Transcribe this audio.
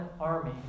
army